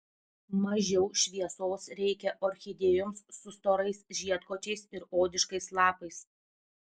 mažiau šviesos reikia orchidėjoms su storais žiedkočiais ir odiškais lapais